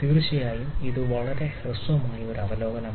തീർച്ചയായും ഇത് വളരെ ഹ്രസ്വമായ ഒരു അവലോകനമാണ്